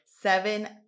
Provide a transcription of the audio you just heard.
seven